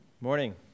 Morning